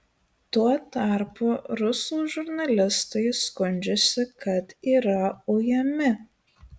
tuo tarpu rusų žurnalistai skundžiasi kad yra ujami